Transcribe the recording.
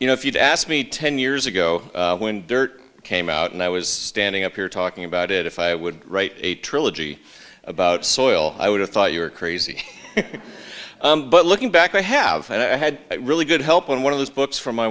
you know if you'd asked me ten years ago when dirt came out and i was standing up here talking about it if i would write a trilogy about soil i would have thought you were crazy but looking back i have and i had really good help on one of those books from my